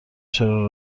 چرا